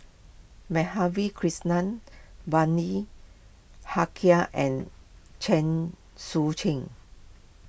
Madhavi Krishnan Bani Haykal and Chen Sucheng